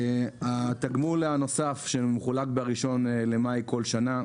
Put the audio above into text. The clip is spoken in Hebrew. התגמול הנוסף שמחולק ב-1 במאי כל שנה.